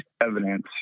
evidence